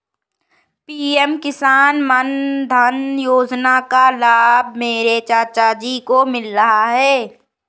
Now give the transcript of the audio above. PM Kisan Maandhan Yojana का लाभ मेरे चाचा जी को मिल रहा है